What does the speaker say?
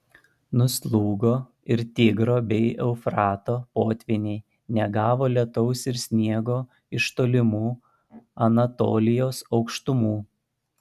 nuslūgo ir tigro bei eufrato potvyniai negavo lietaus ir sniego iš tolimų anatolijos aukštumų